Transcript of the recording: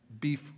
beef